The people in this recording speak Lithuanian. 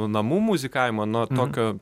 namų muzikavimą nuo tokio